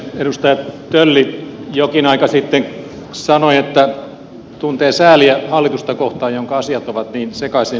edustaja tölli jokin aika sitten sanoi että säälii hallitusta jonka asiat ovat niin sekaisin